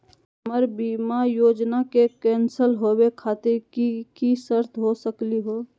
हमर बीमा योजना के कैन्सल होवे खातिर कि कि शर्त हो सकली हो?